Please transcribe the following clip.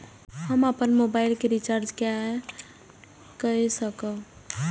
हम अपन मोबाइल के रिचार्ज के कई सकाब?